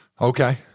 Okay